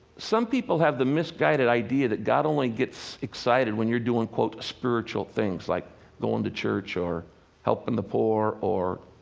some people have the misguided idea that god only gets excited when you're doing, quote, spiritual things, like going to church or helping the poor, or,